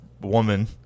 woman